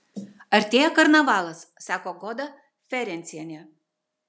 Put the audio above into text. artėja karnavalas sako goda ferencienė